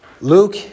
Luke